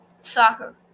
Soccer